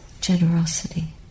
generosity